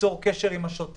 ליצור קשר עם השוטר,